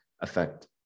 affect